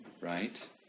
right